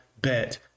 bet